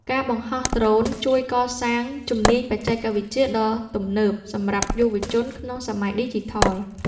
ការបង្ហោះដ្រូនជួយកសាងជំនាញបច្ចេកវិទ្យាដ៏ទំនើបសម្រាប់យុវជនក្នុងសម័យឌីជីថល។